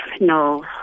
No